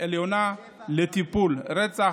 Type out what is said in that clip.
עליונה לטיפול: רצח,